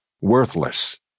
worthless